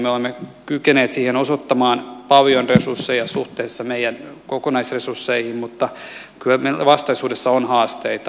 me olemme kyenneet siihen osoittamaan paljon resursseja suhteessa meidän kokonaisresursseihimme mutta kyllä meillä vastaisuudessa on haasteita